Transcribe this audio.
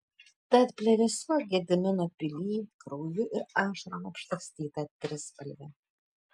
tad plevėsuok gedimino pily krauju ir ašarom apšlakstyta trispalve